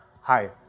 Hi